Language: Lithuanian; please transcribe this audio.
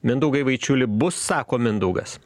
mindaugai vaičiuli bus sako mindaugas